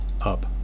up